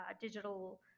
digital